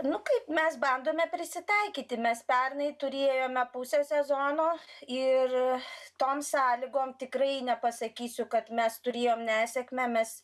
nu kaip mes bandome prisitaikyti mes pernai turėjome pusę sezono ir tom sąlygom tikrai nepasakysiu kad mes turėjom nesėkmę mes